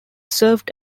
served